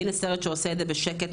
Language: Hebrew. והנה סרט שעושה את זה בשקט,